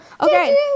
Okay